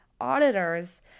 auditors